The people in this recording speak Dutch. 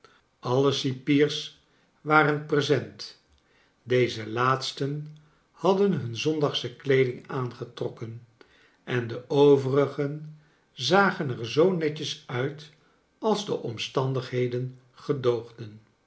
alle cipiers waren present deze laatsten hadden hun zondagsche kleeding aangetrokken en de overigen zagen er zoo netjes uit als de omstandigheden gedoogden